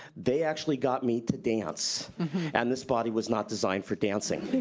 they actually got me to dance and this body was not designed for dancing.